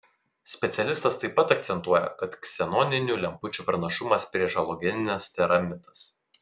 specialistas taip pat akcentuoja kad ksenoninių lempučių pranašumas prieš halogenines tėra mitas